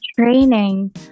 training